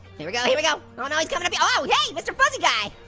here we go, here we go. oh no he's coming to me. oh hey mr. fuzzy guy.